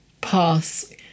pass